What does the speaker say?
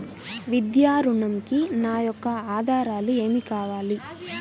విద్యా ఋణంకి నా యొక్క ఆధారాలు ఏమి కావాలి?